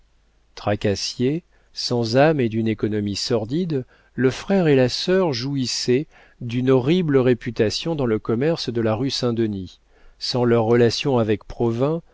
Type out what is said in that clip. tracassiers sans âme et d'une économie sordide le frère et la sœur jouissaient d'une horrible réputation dans le commerce de la rue saint-denis sans leurs relations avec